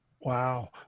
Wow